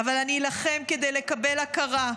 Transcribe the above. אבל אני אילחם כדי לקבל הכרה.